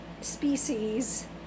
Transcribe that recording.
species